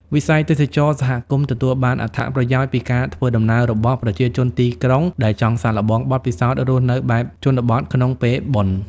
វិស័យទេសចរណ៍សហគមន៍ទទួលបានអត្ថប្រយោជន៍ពីការធ្វើដំណើររបស់ប្រជាជនទីក្រុង ដែលចង់សាកល្បងបទពិសោធន៍រស់នៅបែបជនបទក្នុងពេលបុណ្យ។